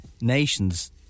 nations